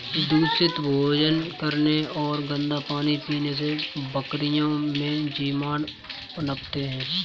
दूषित भोजन करने और गंदा पानी पीने से बकरियों में जीवाणु पनपते हैं